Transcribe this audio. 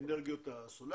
זו האחריות שלו.